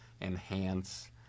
enhance